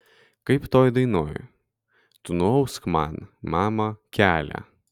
kaip toj dainoj tu nuausk man mama kelią